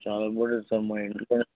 చాలా important sir మా ఇంట్లో